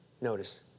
notice